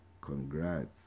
Congrats